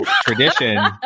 tradition